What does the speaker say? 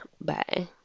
Bye